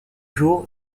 jour